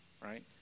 right